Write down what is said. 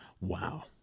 Wow